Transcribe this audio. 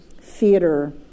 theater